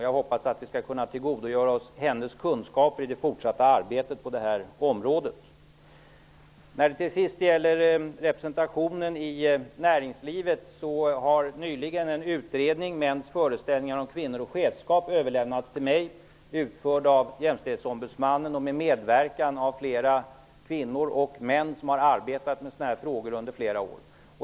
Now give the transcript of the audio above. Jag hoppas att vi skall kunna tillgodogöra oss hennes kunskaper i det fortsatta arbetet på området. Vidare har vi frågan om representationen i näringslivet. Utredningen om mäns föreställningar om kvinnor och chefsskap har överlämnats till mig. Den är utförd av jämställdhetsombudsmannen och med medverkan av kvinnor och män som har arbetat med sådana frågor under flera år.